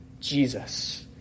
Jesus